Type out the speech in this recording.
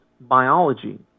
biology